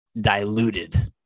diluted